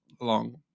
long